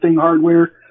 hardware